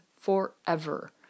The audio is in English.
forever